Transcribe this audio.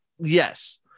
yes